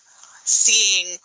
seeing